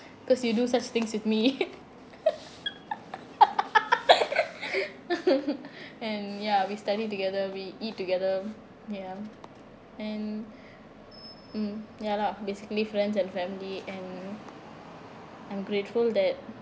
cause you do such things with me and ya we study together we eat together ya and mm ya lah basically friends and family and I'm grateful that